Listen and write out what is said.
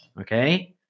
Okay